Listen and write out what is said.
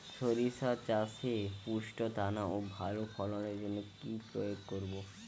শরিষা চাষে পুষ্ট দানা ও ভালো ফলনের জন্য কি প্রয়োগ করব?